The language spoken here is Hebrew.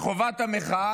חובת המחאה,